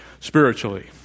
spiritually